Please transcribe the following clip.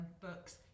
books